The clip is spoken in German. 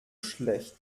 schlecht